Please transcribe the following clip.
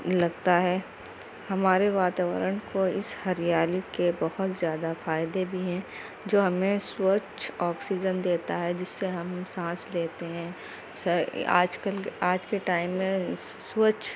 لگتا ہے ہمارے واتاورن کو اس ہریالی کے بہت زیادہ فائدے بھی ہیں جو ہمیں سوچھ آکسیجن دیتا ہے جس سے ہم سانس لیتے ہیں سر آج کل آج کے ٹائم میں سوچھ